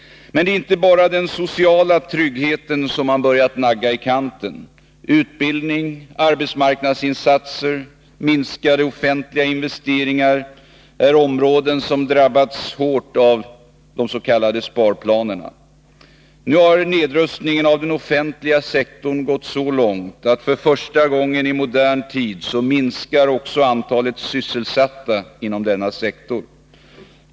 Men det är inte bara den sociala tryggheten som man börjat nagga i kanten. Utbildning, arbetsmarknadsinsatser och minskade offentliga investeringar är också områden som drabbats hårt av de s.k. sparplanerna. Nu har nedrustningen av den offentliga sektorn gått så långt att för första gången i modern tid minskar även antalet sysselsatta inom denna sektor.